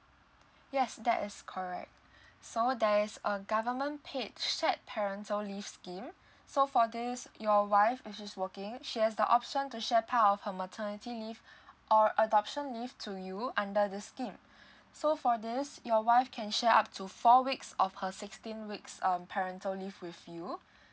yes that is correct so there's a government paid shared parental leave scheme so for this your wife which is working she has the option to share part of her maternity leave or adoption leave to you under the scheme so for this is your wife can share up to four weeks of her sixteen weeks um parental leave with you